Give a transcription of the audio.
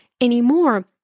anymore